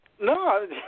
No